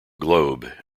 globe